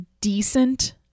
decent